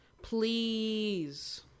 Please